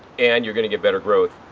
and you're going to get better growth.